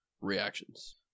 reactions